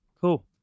cool